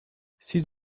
siz